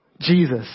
Jesus